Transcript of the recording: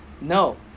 No